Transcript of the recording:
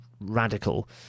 radical